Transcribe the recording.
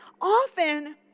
often